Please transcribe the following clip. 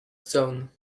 stone